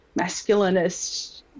masculinist